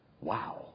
Wow